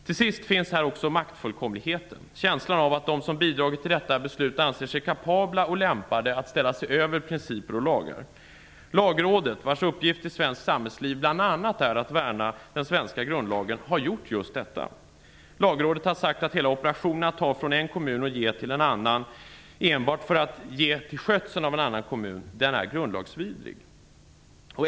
Till sist finns här också maktfullkomligheten, känslan av att de som bidragit till detta beslut anser sig kapabla och lämpade att ställa sig över principer och lagar. Lagrådet, vars uppgift i svenskt samhällsliv bl.a. är att värna den svenska grundlagen, har gjort just det. Lagrådet har sagt att hela operationen att ta från en kommun enbart för att ge till skötseln av en annan kommun är grundlagsvidrig.